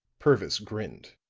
purvis grinned.